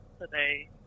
today